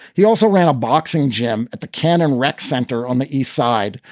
he also ran a boxing gym at the cannon rec center on the east side.